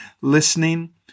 listening